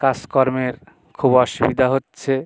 কাজকর্মের খুব অসুবিধা হচ্ছে